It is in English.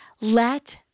let